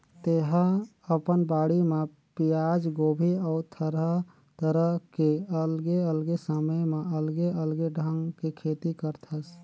तेहा अपन बाड़ी म पियाज, गोभी अउ तरह तरह के अलगे अलगे समय म अलगे अलगे ढंग के खेती करथस